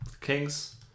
Kings